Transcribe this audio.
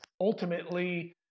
ultimately